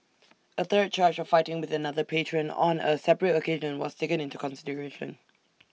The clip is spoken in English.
A third charge of fighting with another patron on A separate occasion was taken into consideration